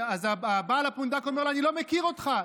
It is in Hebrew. בעל הפונדק אומר לו: אני לא מכיר אותך,